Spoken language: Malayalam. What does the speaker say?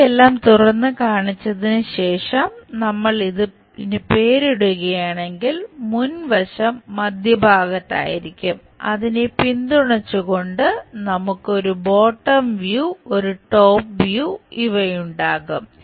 ഇവയെല്ലാം തുറന്നുകാണിച്ചതിന് ശേഷം നമ്മൾ ഇതിന് പേരിടുകയാണെങ്കിൽ മുൻവശം മധ്യഭാഗത്തായിരിക്കും അതിനെ പിന്തുണച്ചു കൊണ്ട് നമുക്ക് ഒരു ബോട്ടം വ്യൂ ഇവ ഉണ്ടാകും